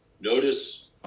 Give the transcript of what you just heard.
notice